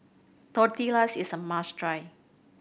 Tortillas is a must try